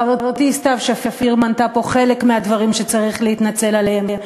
חברתי סתיו שפיר מנתה פה חלק מהדברים שצריך להתנצל עליהם,